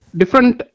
different